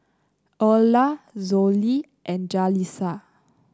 Erla Zollie and Jalissa